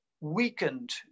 weakened